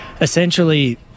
essentially